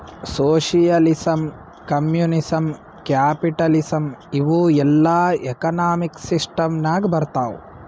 socialism, communism, capitalism ಇವೂ ಎಲ್ಲಾ economic system ನಾಗ್ ಬರ್ತಾವ್